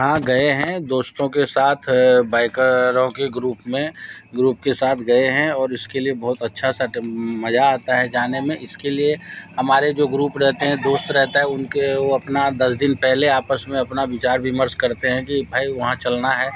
आ गए हैं दोस्तों के साथ बाइकरों के ग्रुप में ग्रुप के साथ गए हैं और इसके लिए बहुत अच्छा सा मज़ा आता है जाने में इसके लिए हमारे जो ग्रुप रहते हैं दोस्त रहते हैं उनके अपना दस दिन पहले आपस में अपना विचार विमर्श करते हैं कि वहाँ चलना है